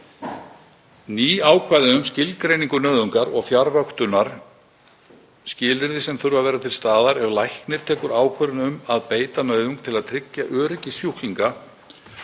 ný ákvæði um skilgreiningu nauðungar og fjarvöktunar, skilyrði sem þurfa að vera til staðar ef læknir tekur ákvörðun um að beita nauðung til að tryggja öryggi sjúklinga,